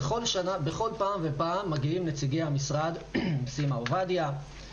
בכל פעם ופעם מגיעים נציגי המשרד סימה עובדיה,